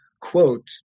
quote